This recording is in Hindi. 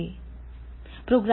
एक से अधिक पाठ हैं